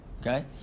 okay